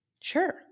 Sure